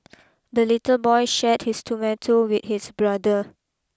the little boy shared his tomato with his brother